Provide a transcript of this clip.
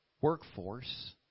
workforce